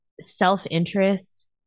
self-interest